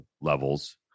levels